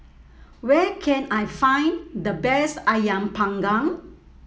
where can I find the best ayam panggang